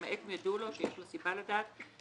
למעט אם ידוע לו או שיש לו סיבה לדעת כי